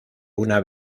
una